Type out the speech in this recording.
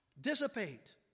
dissipate